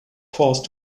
forced